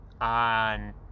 on